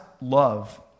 love